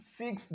six